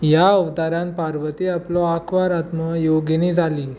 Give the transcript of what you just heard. ह्या अवतारांत पार्वती आपलो आंकवार आत्मो योगिनी जाली